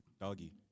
doggy